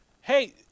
hey